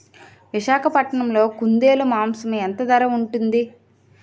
విశాఖపట్నంలో కుందేలు మాంసం ఎంత ధర ఉంటుంది?